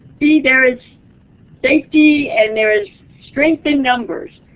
see, there's safety and there's strength in numbers.